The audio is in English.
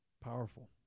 Powerful